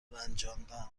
رنجاندن